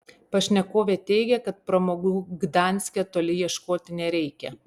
pašnekovė teigė kad pramogų gdanske toli ieškoti nereikia